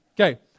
Okay